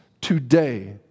today